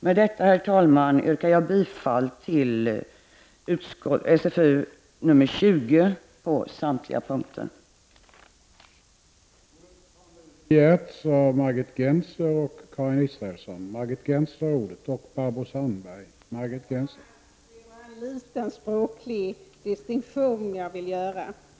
Med detta, herr talman, yrkar jag bifall till socialförsäkringsutskottets hemställan under samtliga punkter i utskottets betänkande nr 20.